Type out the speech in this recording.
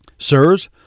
Sirs